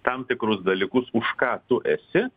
tam tikrus dalykus už ką tu esi